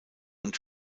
und